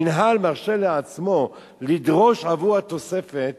המינהל מרשה לעצמו לדרוש עבור התוספת,